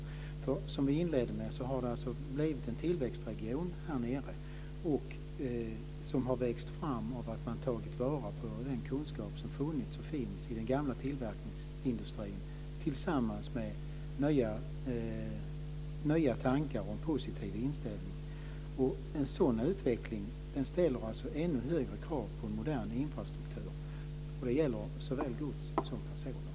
Det har alltså, som vi inledde med, blivit en tillväxtregion här nere som har vuxit fram genom att man har tagit vara på den kunskap som har funnits och finns i den gamla tillverkningsindustrin och kombinerat den med nya tankar och en positiv inställning. En sådan utveckling ställer alltså ännu högre krav på en modern infrastruktur. Det gäller såväl gods som personer.